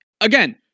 again